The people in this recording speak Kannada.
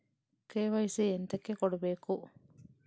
ಕೆ.ವೈ.ಸಿ ಎಂತಕೆ ಕೊಡ್ಬೇಕು?